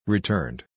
Returned